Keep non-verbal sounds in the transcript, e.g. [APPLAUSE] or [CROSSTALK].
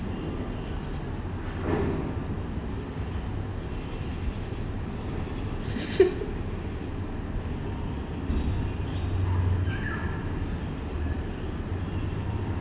[LAUGHS]